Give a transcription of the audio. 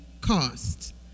cost